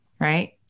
right